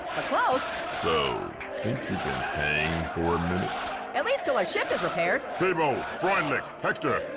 but close. so, think you can hang for a minute? at least till our ship is repaired. peabo, freundlich, hector,